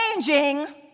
changing